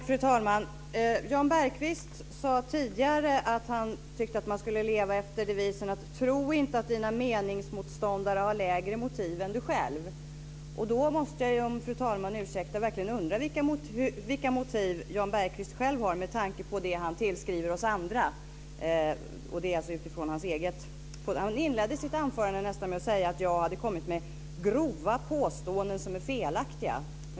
Fru talman! Jan Bergqvist sade tidigare att man skulle leva efter devisen: Tro inte att dina meningsmotståndare har lägre motiv än du själv. Då måste jag, om fru talman ursäktar, verkligen undra vilka motiv Jan Bergqvist själv har med tanke på det han tillskriver oss andra. Han inledde sitt anförande med att säga att jag hade kommit med grova påståenden som är felaktiga.